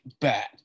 bad